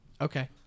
Okay